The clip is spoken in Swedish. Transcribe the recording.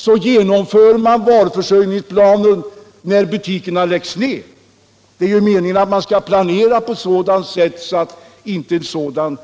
Då kan det ju bli så att man genomför varuförsörjningsplaner i samband med att butikerna läggs ner, men det är ju meningen att man skall planera på ett sådant sätt att inte sådana